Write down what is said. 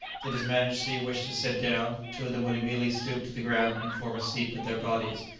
did his majesty wish to sit down, two of them would immediately stoop to the ground and form a seat with their bodies,